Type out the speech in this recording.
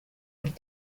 but